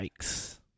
Yikes